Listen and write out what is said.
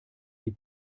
die